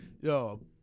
yo